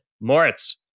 Moritz